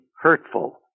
hurtful